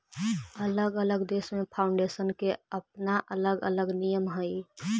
अलग अलग देश में फाउंडेशन के अपना अलग अलग नियम हई